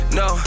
no